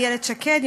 איילת שקד,